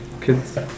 Kids